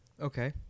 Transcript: Okay